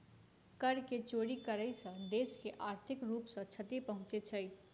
कर के चोरी करै सॅ देश के आर्थिक रूप सॅ क्षति पहुँचे छै